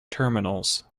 terminals